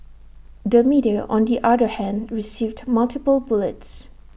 the media on the other hand received multiple bullets